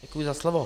Děkuji za slovo.